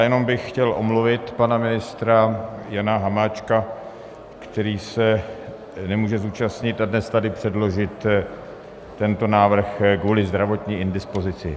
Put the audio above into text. Já bych chtěl jenom omluvit pana ministra Jana Hamáčka, který se nemůže zúčastnit a dnes tady předložit tento návrh kvůli zdravotní indispozici.